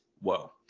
Whoa